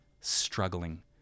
struggling